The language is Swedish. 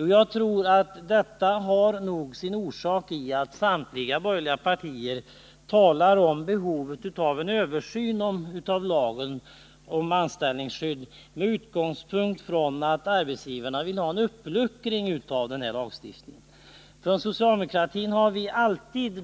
Jag tror att detta beror på att samtliga borgerliga partier talar om behovet av en översyn av lagen om anställningsskydd med utgångspunkt i att arbetsgivarna vill ha en uppluckring av lagen. Då en